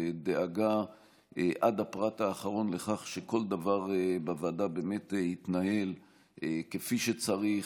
לדאגה עד הפרט האחרון לכך שכל דבר בוועדה באמת יתנהל כפי שצריך.